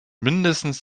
mindestens